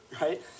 Right